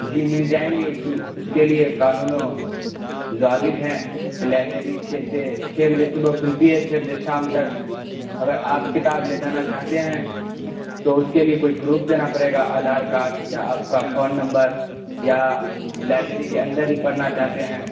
جی مل جائیں گی اس کے لیے قانون و ضوابط ہیں کہ لائبریری چھ سے چھ بجے صبح کھلتی ہے چھ بجے شام تک اگر آپ کتاب لے جانا چاہتے ہیں تو اس کے لیے کوئی پروف دینا پڑے گا آدھار کارڈ یا آپ کا فون نمبر یا لائبریری کے اندر ہی پڑھنا چاہتے ہیں